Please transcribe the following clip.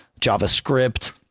JavaScript